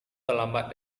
terlambat